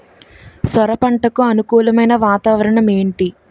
సొర పంటకు అనుకూలమైన వాతావరణం ఏంటి?